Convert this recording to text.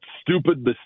stupid